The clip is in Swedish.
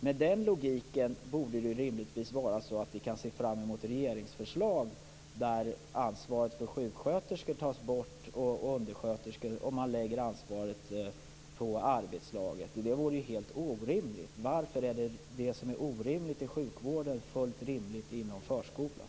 Med den logiken borde vi rimligtvis kunna se fram emot regeringsförslag om att ansvaret för sjuksköterskor och undersköterskor tas bort och läggs på arbetslaget. Det vore ju helt orimligt. Varför är det som är orimligt i sjukvården fullt rimligt inom förskolan?